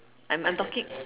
I'm I'm talking